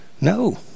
No